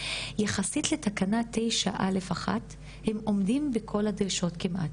יחסית לתקנה 9/א'/1 הם עומדים בכל הדרישות כמעט,